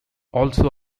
also